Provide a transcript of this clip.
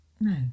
no